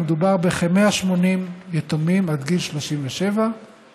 מדובר בכ-180 יתומים עד גיל 37 וכ-170